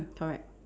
correct